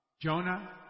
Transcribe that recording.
Jonah